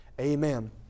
amen